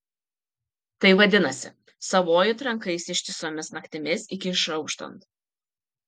tai vadinasi savuoju trankaisi ištisomis naktimis iki išauštant